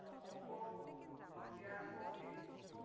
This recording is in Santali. ᱳᱯᱳ ᱠᱚ ᱱᱳᱠᱤᱭᱟ ᱠᱚ ᱵᱷᱤᱵᱳ ᱠᱚ